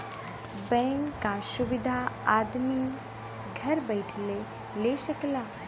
bank क सुविधा आदमी घर बैइठले ले सकला